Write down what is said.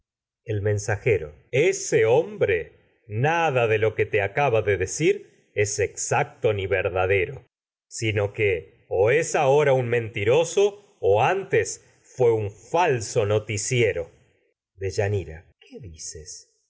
el mensajero ba de decir ese ni hombre nada de lo que es exacto verdadero sino un que o es ahora un mentiroso o antes fué falso noticiero con deyanira lo qué dices